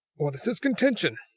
what is his contention?